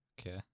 okay